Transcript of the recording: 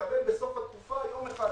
מקבל בסוף התקופה יום אחד.